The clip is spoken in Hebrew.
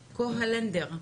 קורלנדר.